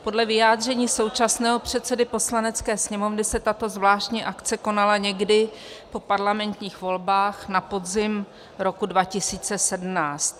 Podle vyjádření současného předsedy Poslanecké sněmovny se tato zvláštní akce konala někdy po parlamentních volbách na podzim roku 2017.